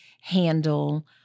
handle